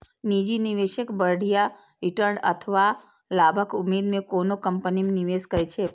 निजी निवेशक बढ़िया रिटर्न अथवा लाभक उम्मीद मे कोनो कंपनी मे निवेश करै छै